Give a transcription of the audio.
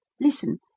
Listen